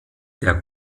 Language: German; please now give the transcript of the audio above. der